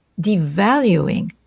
devaluing